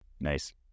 Nice